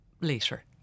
later